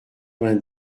vingt